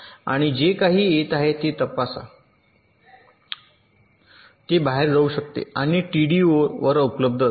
आणि जे काही येत आहे ते तपासा ते बाहेर जाऊ शकते आणि टीडीओ वर उपलब्ध असेल